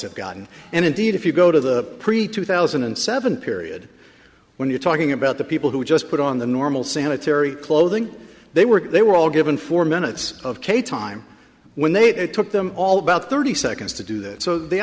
have gotten and indeed if you go to the pre two thousand and seven period when you're talking about the people who just put on the normal sanitary clothing they were they were all given four minutes of k time when they took them all about thirty seconds to do that so the